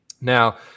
Now